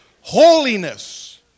Holiness